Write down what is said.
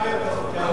יגאל עמיר לא יהודי?